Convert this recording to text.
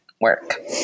work